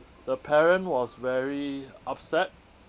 the parent was very upset